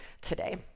today